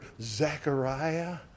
Zechariah